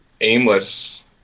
aimless